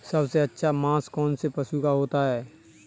सबसे अच्छा मांस कौनसे पशु का होता है?